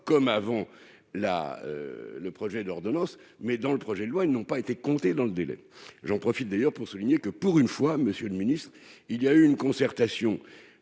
comme avant la le projet d'ordonnance, mais dans le projet de loi, ils n'ont pas été comptée dans le délai j'en profite d'ailleurs pour souligner que pour une fois, monsieur le Ministre, il y a eu une concertation